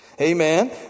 Amen